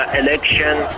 election.